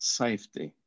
safety